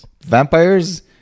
Vampires